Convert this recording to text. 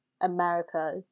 America